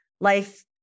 life